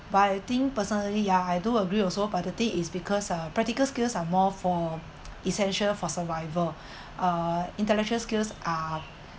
but I think personally ah I do agree also but the thing is because uh practical skills are more for essential for survival uh intellectual skills are